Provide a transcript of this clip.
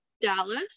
Dallas